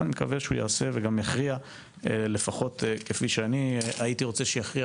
ואני מקווה שהוא יעשה וגם יכריע לפחות כפי שאני הייתי רוצה שיכריע